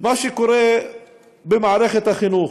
מה שקורה במערכת החינוך,